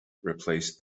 replaced